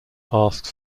asks